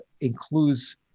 includes